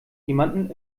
jemanden